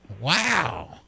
Wow